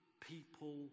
people